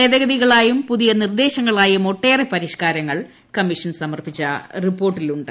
ഭേദഗതികളായും പുതിയ നിർദ്ദേശങ്ങളായും ഒട്ടേറെ പരിഷ്ക്കാരങ്ങൾ കമ്മിഷൻ സമർപ്പിച്ച റിപ്പോർട്ടിലുണ്ട്